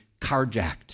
carjacked